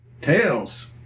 Tails